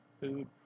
food